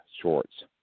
shorts